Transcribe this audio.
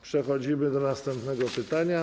Przechodzimy do następnego pytania.